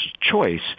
choice